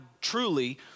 truly